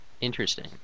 Interesting